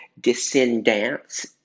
Descendants